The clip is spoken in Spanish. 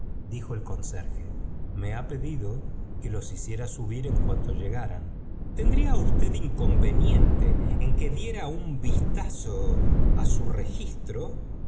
dijo el conserje me ha pedido que los hiciera subir en cuanto llegaran tendría usted inconveniente en qu diera un vistazo á su registro